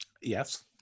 Yes